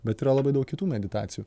bet yra labai daug kitų meditacijų